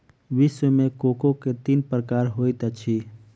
विश्व मे कोको के तीन प्रकार होइत अछि